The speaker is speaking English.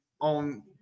on